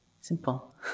Simple